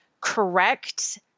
correct